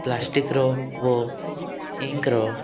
ପ୍ଲାଷ୍ଟିକର ଓ ଇଙ୍କର